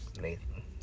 Nathan